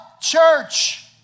church